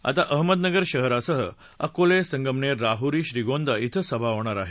आता अहमदनगर शहरासह अकोले संगमनेर राहूरी श्रीगोंदा धिं सभा होणार आहेत